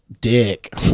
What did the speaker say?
dick